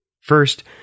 First